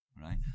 right